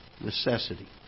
Necessity